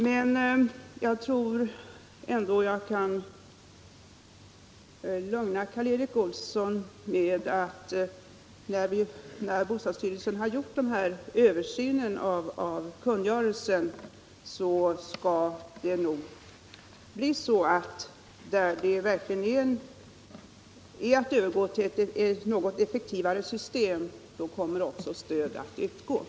Det är att betrakta som underhåll. När bostadsstyrelsen gjort sin översyn av kungörelsen kommer det att bli så — jag tror jag kan lugna Karl Erik Olsson med det — att om bytet verkligen innebär att man övergår till ett något effektivare system kommer stöd också att lämnas.